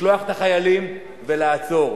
לשלוח את החיילים ולעצור.